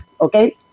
Okay